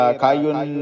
kayun